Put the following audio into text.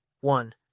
One